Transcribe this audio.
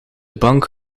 bank